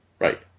Right